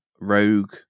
rogue